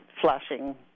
flashing